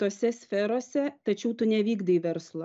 tose sferose tačiau tu nevykdai verslo